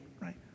right